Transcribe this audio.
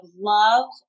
love